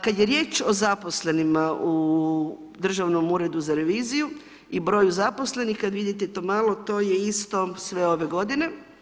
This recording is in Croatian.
Kada je riječ o zaposlenima u Državnom uredu za reviziju i broju zaposlenih, kada vidite to malo, to je isto sve ove godine.